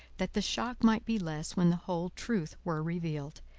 that the shock might be less when the whole truth were revealed,